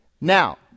Now